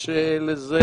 יש לזה